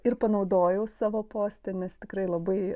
ir panaudojau savo poste nes tikrai labai